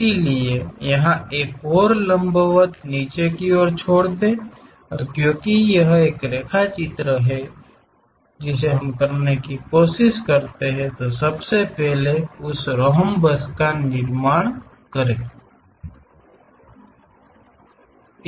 इसलिए यहां एक और लंबवत नीचे की और छोड़ दें और क्योंकि यह एक रेखाचित्र है जिसे हम करने की कोशिश कर रहे हैं सबसे पहले उस रोहम्बस का निर्माण करें